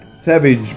Savage